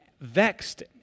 vexed